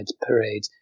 Parade